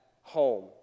home